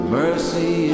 mercy